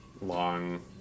long